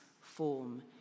form